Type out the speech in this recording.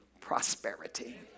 prosperity